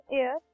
air